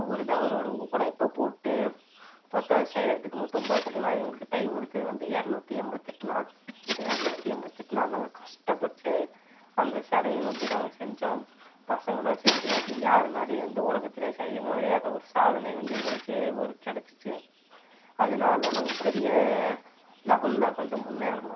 அவர்தான் அவரோட உழைப்பை போட்டு பார்த்தா அதை செய்கிறதுக்கு மட்டும் பார்த்திங்கன்னா எங்களுக்கு டைம் எடுத்தது வந்து இரநூத்தி எண்பத்தெட்டு நாள் அந்த இரநூத்தி எண்பத்தெட்டு நாள் நாங்கள் கஷ்டப்பட்டு அந்த சிலைய வந்து நாங்கள் செஞ்சோம் பசங்களாம் சேர்ந்து அது யாருனாலையும் இந்த உலகத்திலேயே செய்ய முடியாத ஒரு சாதனை வந்து எங்களுக்கு ஒரு கிடச்சிச்சி அதனால நாங்கள் பெரிய லெவல்ல கொஞ்சம் முன்னேறுனோம்